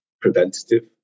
preventative